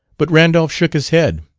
but randolph shook his head.